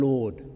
Lord